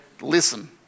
listen